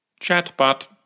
Chatbot